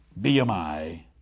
BMI